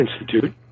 Institute